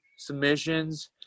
submissions